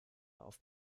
auf